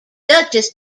duchess